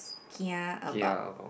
kia about